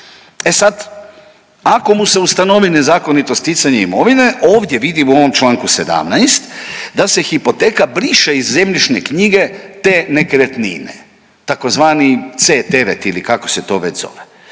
E sad ako mu se ustanovi nezakonito sticanje imovine, ovdje vidimo u ovom članku 17. da se hipoteka briše iz zemljišne knjige te nekretnine, tzv. C9 ili kako se to već zove,